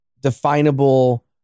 definable